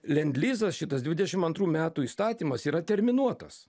lendlizas šitas dvidešimt antrų metų įstatymas yra terminuotas